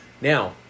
Now